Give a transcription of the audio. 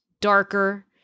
darker